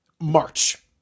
March